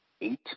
eight